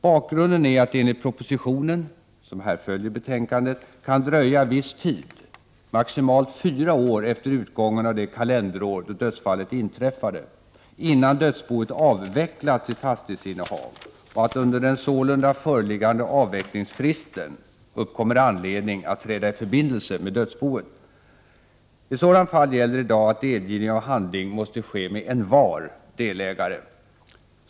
Bakgrunden är att det enligt propositionen, som här följer betänkandet, kan dröja viss tid — maximalt fyra år efter utgången av det kalenderår då dödsfallet inträffade — innan dödsboet avvecklat sitt fastighetsinnehav och att det under den sålunda föreliggande avvecklingsfristen uppkommer anledning att träda i förbindelse med dödsboet. I sådant fall gäller i dag att delgivning av handling måste ske med envar delägare.